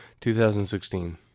2016